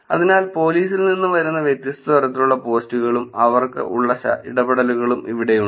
അതിനാൽ പോലീസിൽ നിന്ന് വരുന്ന വ്യത്യസ്ത തരത്തിലുള്ള പോസ്റ്റുകളും അവർക്ക് ഉള്ള ഇടപെടലുകളും ഇവിടെയുണ്ട്